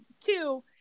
Two